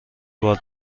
بار